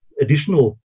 additional